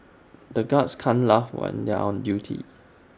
the guards can't laugh when they are on duty